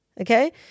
Okay